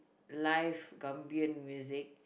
live Gambian music